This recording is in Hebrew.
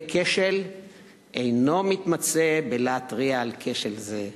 כשל אינו מתמצה בלהתריע על כשל זה,